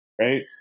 Right